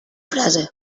frase